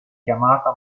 chiamata